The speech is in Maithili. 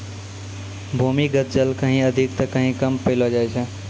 भूमीगत जल कहीं अधिक त कहीं कम पैलो जाय छै